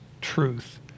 truth